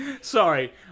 Sorry